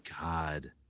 God